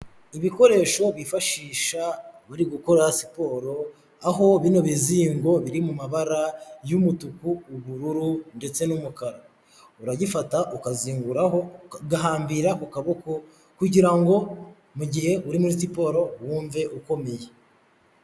Ibikoresho bifashisha bari gukora siporo aho bino bizingo biri mu mabara y'umutuku, ubururu ndetse n'umukara. Uragifata ukazinguraho, ugahambira ku kaboko kugira ngo mu gihe uri muri siporo wumve ukomeye.